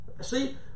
See